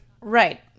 Right